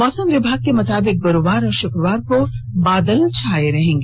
मौसम विभाग के मुताबिक गुरुवार और शुक्रवार को बादल छाए रह सकते हैं